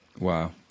wow